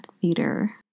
Theater